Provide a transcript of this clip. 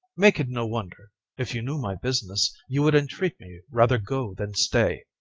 make it no wonder if you knew my business, you would entreat me rather go than stay.